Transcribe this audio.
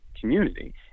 community